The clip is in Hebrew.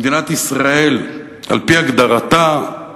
למדינת ישראל, על-פי הגדרתה,